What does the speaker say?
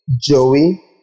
Joey